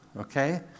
okay